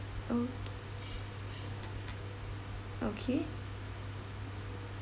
oh okay